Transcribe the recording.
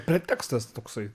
pretekstas toksai